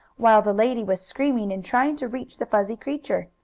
while the lady was screaming and trying to reach the fuzzy creature.